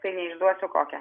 tai neišduosiu kokią